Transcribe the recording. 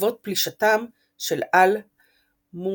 בעקבות פלישתם של אל-מווחידון